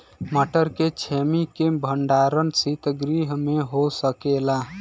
मटर के छेमी के भंडारन सितगृह में हो सकेला?